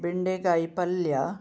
ಬೆಂಡೆಕಾಯಿ ಪಲ್ಯ